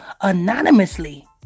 anonymously